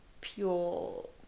pure